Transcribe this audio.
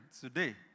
today